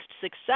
success